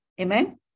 Amen